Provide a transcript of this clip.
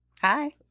Hi